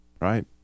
right